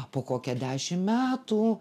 po kokią dešim metų